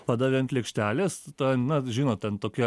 padavė ant lėkštelės ta na žinot ten tokia